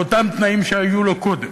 לאותם תנאים שהיו לו קודם.